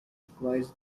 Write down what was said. requires